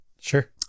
Sure